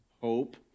hope